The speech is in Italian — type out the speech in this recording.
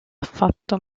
affatto